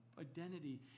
Identity